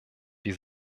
wir